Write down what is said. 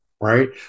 right